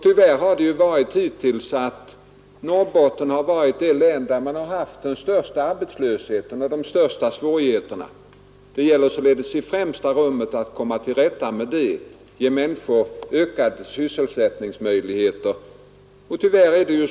Tyvärr har det ju varit så hittills att Norrbotten varit det län som haft den största arbetslösheten och de största svårigheterna. Det gäller således i främsta rummet att komma till rätta med dessa problem och ge människorna ökade sysselsättningsmöjligheter.